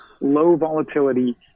low-volatility